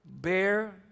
bear